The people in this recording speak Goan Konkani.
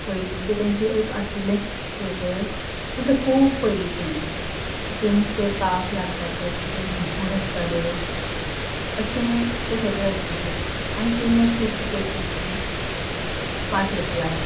पयलींचें तेंचें एक आशिल्लें थेटर पूण तें खूब पयलींचें तितून ते बांक लांकडाचे तितून भिकूण आसताले अशे तें थेटर आशिल्लें आनी तेन्ना ती तिकेट कशी पांच रुपया